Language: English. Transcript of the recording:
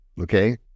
okay